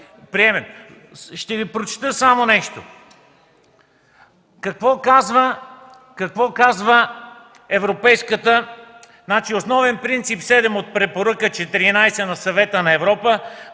приеман. Ще Ви прочета само нещо. Какво казва Европейската... Основен принцип Седем от Препоръка 14 на Съвета на Европа